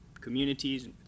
communities